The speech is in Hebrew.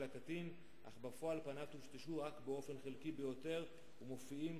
הקטין אך בפועל פניו טושטשו רק באופן חלקי ביותר ומופיעים